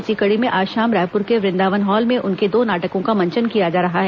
इसी कड़ी में आज शाम रायपुर के वृदावन हॉल में उनके दो नाटकों का मंचन किया जा रहा है